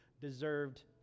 deserved